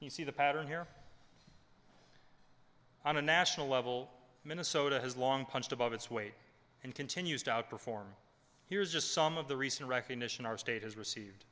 he see the pattern here on a national level minnesota has long punched above its weight and continues to outperform here's just some of the recent recognition our state has received